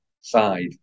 side